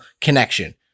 connection